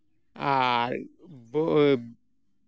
ᱟᱨ